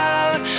out